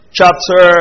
Chapter